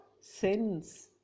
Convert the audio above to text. sins